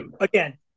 Again